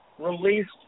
released